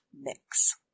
mix